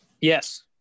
Yes